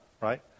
right